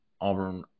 Auburn